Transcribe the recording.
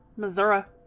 missouri